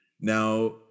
Now